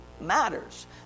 matters